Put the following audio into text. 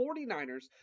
49ers